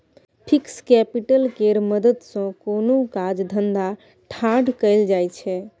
fixed capital केर मदद सँ कोनो काज धंधा ठाढ़ कएल जाइ छै